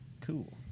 Cool